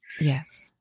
yes